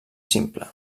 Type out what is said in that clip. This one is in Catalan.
simple